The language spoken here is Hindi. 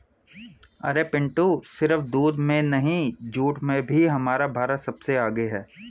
अरे पिंटू सिर्फ दूध में नहीं जूट में भी हमारा भारत सबसे आगे हैं